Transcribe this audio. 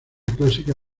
clásica